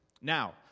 Now